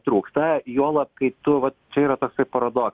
trūkta juolab kai tu vat čia yra toksai parodo